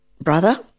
brother